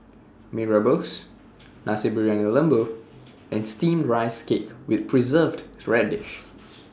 Mee Rebus Nasi Briyani Lembu and Steamed Rice Cake with Preserved Radish